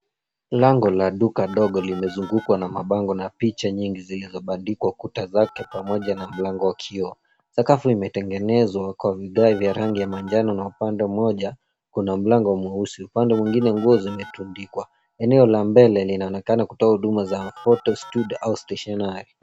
Lango la duka dogo limezungukwa na mabango na picha nyingi zilizobandikwa kuta zake pamoja na mlango wa kioo. Sakafu imetengenezwa kwa vigae vya rangi ya manjano na upande mmoja kuna mlango mweusi, upande mwingine nguo zimetundikwa. Eneo la mbele linaonekana kutoa huduma za photo studio au stationery .